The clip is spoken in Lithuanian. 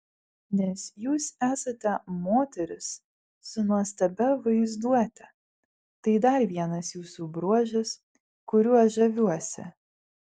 nes jūs esate moteris su nuostabia vaizduote tai dar vienas jūsų bruožas kuriuo žaviuosi